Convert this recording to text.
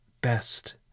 best